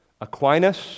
Aquinas